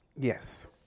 Yes